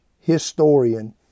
historian